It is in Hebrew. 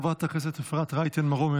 חברת הכנסת אפרת רייטן מרום,